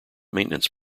maintenance